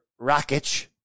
Rakic